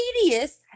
tedious